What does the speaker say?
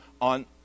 on